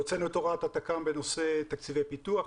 הוצאנו את הוראת התק"מ בהקשר של תקציבי פיתוח.